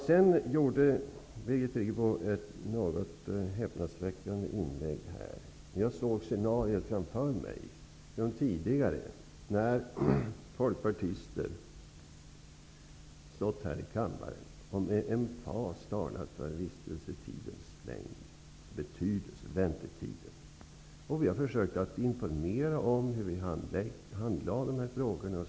Sedan gjorde Birgit Friggebo ett något häpnadsväckande inlägg. Jag såg scenariot framför mig: Tidigare har folkpartister stått här i kammaren och med emfas talat om betydelsen av vistelsetidens längd. Vi i den dåvarande regeringen försökte informera om hur vi handlade frågorna. Men det hjälpte inte.